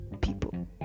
people